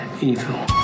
evil